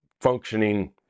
functioning